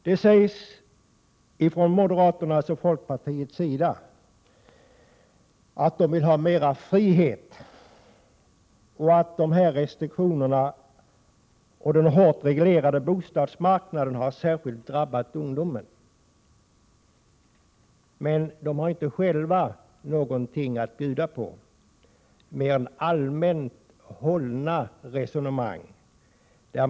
Det sägs från moderaternas och folkpartiets sida att de vill ha mera frihet och att restriktionerna och den hårt reglerade bostadsmarknaden särskilt drabbat ungdomen. Men dessa partier har inte själva någonting att bjuda på mer än allmänt hållna resonemang.